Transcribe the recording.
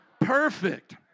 perfect